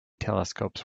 telescopes